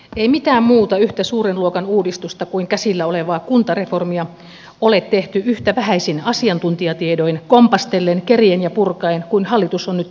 ei mitään muuta yhtä suuren luokan uudistusta kuin käsillä olevaa kuntareformia ole tehty yhtä vähäisin asiantuntijatiedoin kompastellen kerien ja purkaen kuin hallitus on nyt tätä tehnyt